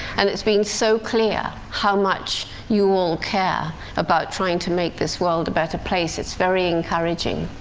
and it's been so clear how much you all care about trying to make this world a better place. it's very encouraging.